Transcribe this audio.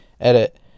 edit